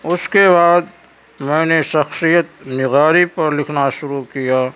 اس کے بعد میں نے شخصیت نگاری پر لکھنا شروع کیا